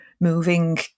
moving